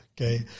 Okay